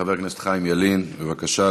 חבר הכנסת חיים ילין, בבקשה.